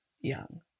young